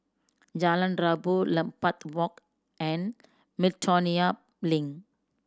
Jalan Rabu Lambeth Walk and Miltonia Link